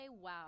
wow